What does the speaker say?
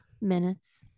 minutes